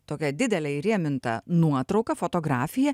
tokia didelė įrėminta nuotrauka fotografija